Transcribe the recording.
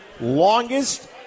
longest